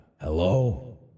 Hello